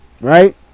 right